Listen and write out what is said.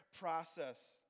process